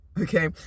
Okay